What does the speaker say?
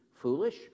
foolish